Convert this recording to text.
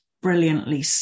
brilliantly